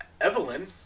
Evelyn